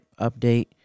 update